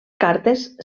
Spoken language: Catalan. cartes